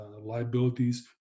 Liabilities